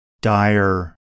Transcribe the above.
dire